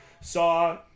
saw